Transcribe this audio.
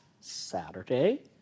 Saturday